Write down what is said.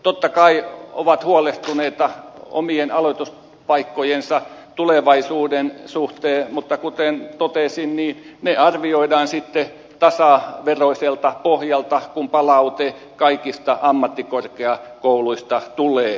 totta kai he ovat huolestuneita omien aloituspaikkojensa tulevaisuuden suhteen mutta kuten totesin ne arvioidaan sitten tasaveroiselta pohjalta kun palaute kaikista ammattikorkeakouluista tulee